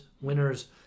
winners